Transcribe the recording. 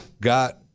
got